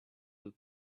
were